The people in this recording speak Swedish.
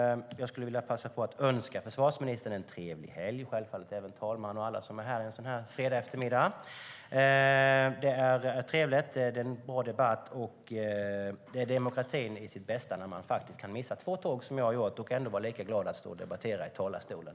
Jag vill passa på att önska försvarsministern en trevlig helg, självfallet även talmannen och alla som är här en sådan här fredagseftermiddag. Det är trevligt, och det är en bra debatt. Det är demokratin i sitt bästa tillstånd när man kan missa två tåg, vilket jag har gjort, och ändå vara lika glad för att stå och debattera i talarstolen.